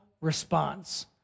response